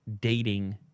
dating